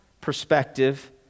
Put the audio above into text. perspective